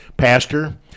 Pastor